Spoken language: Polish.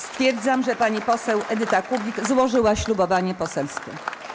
Stwierdzam, że pani poseł Edyta Kubik złożyła ślubowanie poselskie.